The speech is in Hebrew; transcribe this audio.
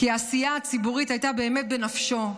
כי העשייה הציבורית הייתה באמת בנפשו.